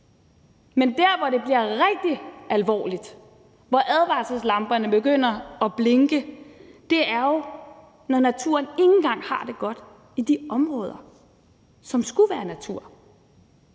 Men der, hvor det bliver rigtig alvorligt og advarselslamperne begynder at blinke, er jo, når naturen ikke engang har det godt i de områder, som skulle være natur.